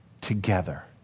together